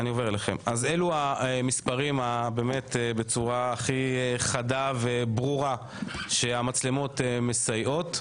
אלה המספרים שמוכיחים בצורה הכי חדה וברורה שהמצלמות מסייעות.